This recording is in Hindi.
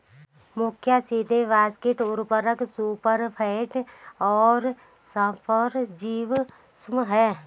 मुख्य सीधे फॉस्फेट उर्वरक सुपरफॉस्फेट और फॉस्फोजिप्सम हैं